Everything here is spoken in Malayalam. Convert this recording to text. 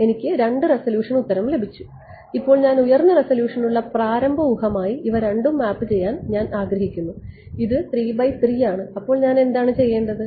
എനിക്ക് രണ്ട് റെസല്യൂഷൻ ഉത്തരം ലഭിച്ചു ഇപ്പോൾ ഉയർന്ന റെസല്യൂഷനുള്ള പ്രാരംഭ ഊഹമായി ഇവ രണ്ടും മാപ്പ് ചെയ്യാൻ ഞാൻ ആഗ്രഹിക്കുന്നു ഇത് ആണ് അപ്പോൾ ഞാൻ എന്താണ് ചെയ്യേണ്ടത്